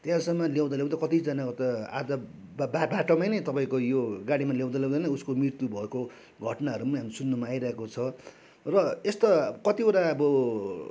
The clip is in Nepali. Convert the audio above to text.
त्यहाँसम्म ल्याउँदा ल्याउँदै कतिजनाको त आधा बा बाटोमा नै तपाईँको यो गाडीमा ल्याउँदा ल्याउँदै नै उसको मृत्यु भएको घटनाहरू पनि हामी सुन्नमा आइरहेको छ र यस्ता कतिवटा अब